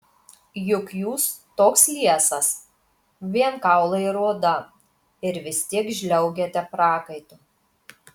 juk jūs toks liesas vien kaulai ir oda ir vis tiek žliaugiate prakaitu